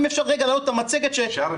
אם אפשר להעלות את המצגת בבקשה.